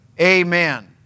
Amen